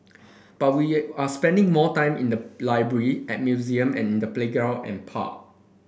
but we are spending more time in the library at museum and in the playground and park